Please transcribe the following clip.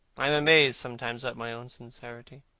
i am amazed sometimes at my own sincerity.